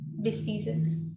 diseases